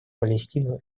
палестину